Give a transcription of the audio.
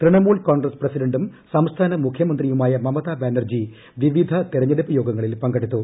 Trinamool Congress പ്രസിഡന്റും സംസ്ഥാന മുഖൃമന്ത്രിയുമായ മമത ബാനർജി വിവിധ തെരഞ്ഞെടുപ്പ് യോഗങ്ങളിൽ പങ്കെടുത്തു